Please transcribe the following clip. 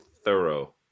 thorough